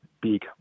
big